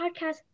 podcast